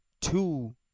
two